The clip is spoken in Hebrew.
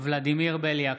ולדימיר בליאק,